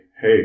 Hey